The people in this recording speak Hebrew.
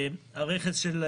רכס.